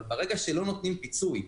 אבל ברגע שלא נותנים פיצוי,